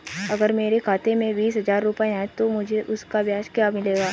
अगर मेरे खाते में बीस हज़ार रुपये हैं तो मुझे उसका ब्याज क्या मिलेगा?